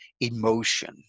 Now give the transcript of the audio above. emotion